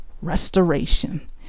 Restoration